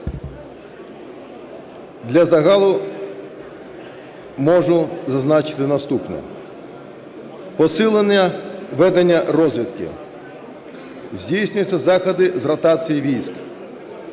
Для загалу можу зазначити наступне. Посилення ведення розвідки. Здійснюються заходи з ротації військ.